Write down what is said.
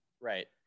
Right